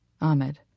Ahmed